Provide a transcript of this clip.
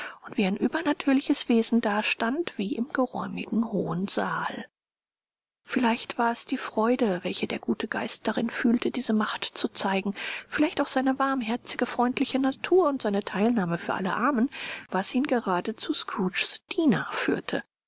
und wie ein übernatürliches wesen dastand wie im geräumigen hohen saal vielleicht war es die freude welche der gute geist darin fühlte diese macht zu zeigen vielleicht auch seine warmherzige freundliche natur und seine teilnahme für alle armen was ihn gerade zu scrooges diener führte